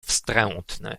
wstrętny